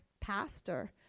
pastor